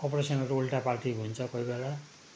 अपरेसनहरूको उल्टापाल्टी हुन्छ कोही बेला